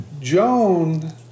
Joan